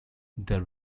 there